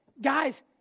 guys